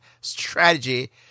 strategy